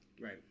Right